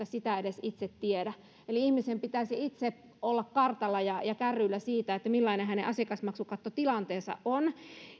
sitä edes itse tiedä eli ihmisen pitäisi itse olla kartalla ja ja kärryillä siitä millainen hänen asiakasmaksukattotilanteensa on